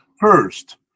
first